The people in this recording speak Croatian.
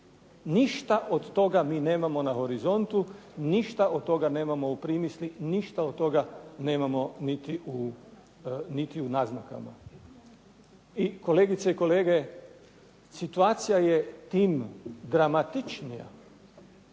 Ništa od toga mi nemamo na horizontu, ništa od toga nemamo u primisli, ništa od toga nemamo niti u naznakama. I kolegice i kolege, situacija je tim dramatičnija